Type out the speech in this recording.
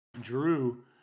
Drew